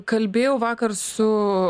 kalbėjau vakar su